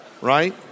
Right